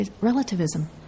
relativism